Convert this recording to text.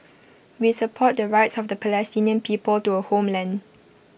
we support the rights of the Palestinian people to A homeland